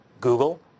Google